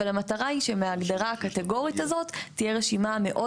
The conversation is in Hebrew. אבל המטרה היא שמההגדרה הקטגורית הזאת תהיה רשימה מאוד